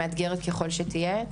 מאתגרת ככל שתהיה,